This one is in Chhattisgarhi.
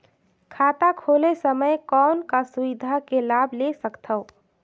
खाता खोले समय कौन का सुविधा के लाभ ले सकथव?